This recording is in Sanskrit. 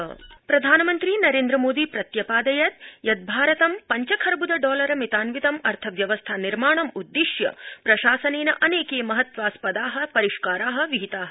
प्रधानमन्त्री प्रधानमन्त्री नरेन्द्रमोदी प्रत्यपादयद् यत् भारतं पञ्च खर्बुद डॉलर मितान्वितं अर्थव्यवस्था निर्माणं उद्दिश्य प्रशासनेन अनेके महत्वास्पदा परिष्कारा विहिता